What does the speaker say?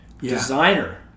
designer